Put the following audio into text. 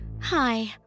Hi